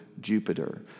Jupiter